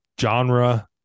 genre